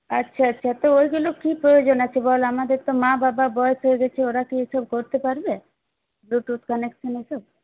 আচ্ছা আচ্ছা তো ওইগুলো কি প্রয়োজন আছে বল আমাদের তো মা বাবা বয়স হয়ে গেছে ওরা কি এসব করতে পারবে ব্লু টুথ কানেকশন এসব